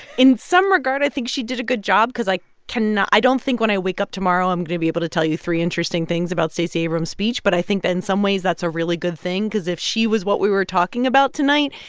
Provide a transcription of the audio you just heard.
in some regard, i think she did a good job because like i i don't think when i wake up tomorrow, i'm going to be able to tell you three interesting things about stacey abrams' speech. but i think that, in some ways, that's a really good thing because if she was what we were talking about tonight,